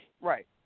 Right